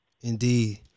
indeed